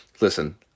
Listen